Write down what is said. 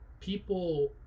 People